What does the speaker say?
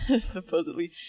Supposedly